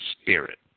spirit